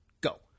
go